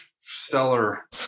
stellar